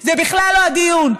זה בכלל לא הדיון,